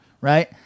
Right